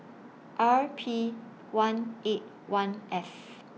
R P one eight one F